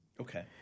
Okay